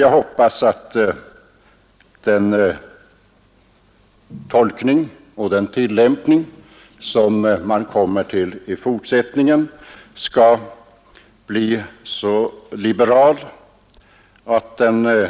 Jag hoppas emellertid att den tolkning och den tillämpning som kommer till stånd i fortsättningen skall bli så liberal att den